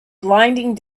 blinding